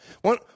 One